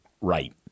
Right